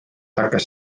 hakkas